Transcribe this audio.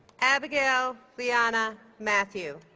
abigail liana matthew